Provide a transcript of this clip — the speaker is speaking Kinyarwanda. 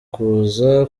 kuza